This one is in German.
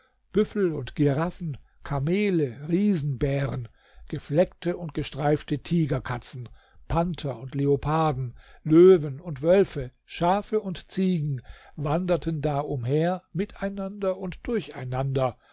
büffel und giraffen kamele riesenbären gefleckte und gestreifte tigerkatzen panther und leoparden löwen und wölfe schafe und ziegen wanderten da umher miteinander und durcheinander